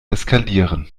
eskalieren